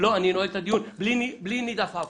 אם לא אני נועל הדיון בלי להניד עפעף.